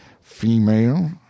female